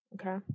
okay